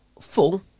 full